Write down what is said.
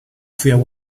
für